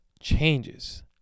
changes